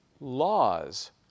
laws